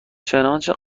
چنانچه